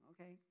Okay